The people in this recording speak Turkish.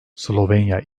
slovenya